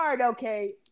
okay